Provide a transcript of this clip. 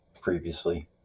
previously